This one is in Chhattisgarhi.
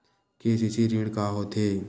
के.सी.सी ऋण का होथे?